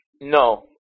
No